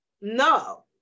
no